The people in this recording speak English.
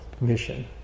mission